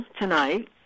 tonight